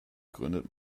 gründet